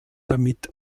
damit